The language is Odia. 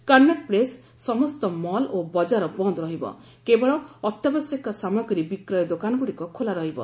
କନ୍ନଟ ପ୍ଲେସ୍ ସମସ୍ତ ମଲ୍ ଓ ବଜାର ବନ୍ଦ ରହିବ କେବଳ ଅତ୍ୟାବଶ୍ୟକ ସାମଗ୍ରୀ ବିକ୍ରୟ ଦୋକାନଗ୍ରଡ଼ିକ ଖୋଲା ରହିବ